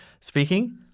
Speaking